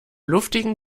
luftigen